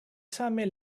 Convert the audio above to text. same